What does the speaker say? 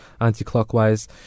anti-clockwise